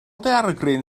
daeargryn